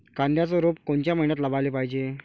कांद्याचं रोप कोनच्या मइन्यात लावाले पायजे?